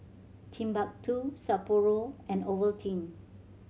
Timbuk Two Sapporo and Ovaltine